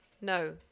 No